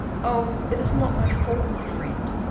oh, it is not my fault, my friend.